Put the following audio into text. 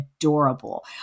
adorable